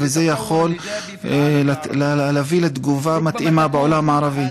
זה יכול להביא לתגובה מתאימה בעולם הערבי.